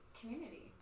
community